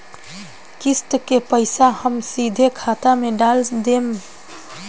किस्त के पईसा हम सीधे खाता में डाल देम?